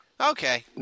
Okay